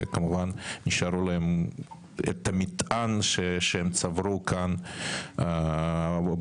וכמובן נשאר להם המטען שהם צברו כאן בישראל,